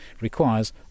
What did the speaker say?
requires